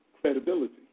credibility